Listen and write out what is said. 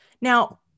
Now